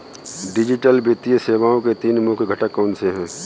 digital वित्तीय सेवाओं के तीन मुख्य घटक कौनसे हैं